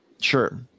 Sure